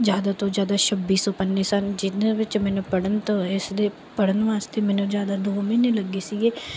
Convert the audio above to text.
ਜ਼ਿਆਦਾ ਤੋਂ ਜ਼ਿਆਦਾ ਛੱਬੀ ਸੌ ਪੰਨੇ ਸਨ ਜਿਹਦੇ ਵਿੱਚ ਮੈਨੂੰ ਪੜ੍ਹਨ ਤੋਂ ਇਸਦੇ ਪੜ੍ਹਨ ਵਾਸਤੇ ਮੈਨੂੰ ਜ਼ਿਆਦਾ ਦੋ ਮਹੀਨੇ ਲੱਗੇ ਸੀਗੇ